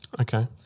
Okay